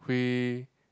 we